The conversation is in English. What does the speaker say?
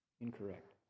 incorrect